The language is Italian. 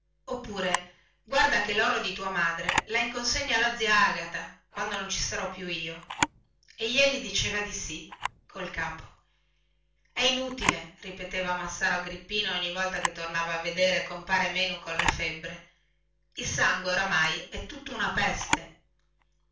oppure guarda che loro di tua madre lha in consegna la zia agata quando non ci sarò più jeli diceva di sì col capo è inutile ripeteva massaro agrippino ogni volta che tornava a vedere compare menu colla febbre il sangue oramai è tutto una peste